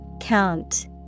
Count